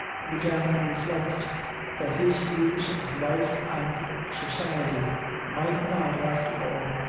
he began to reflect that his views of life and society might not, after all,